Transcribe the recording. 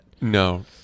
no